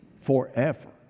forever